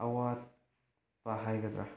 ꯑꯋꯥꯠꯄ ꯍꯥꯏꯒꯗ꯭ꯔꯥ